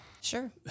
Sure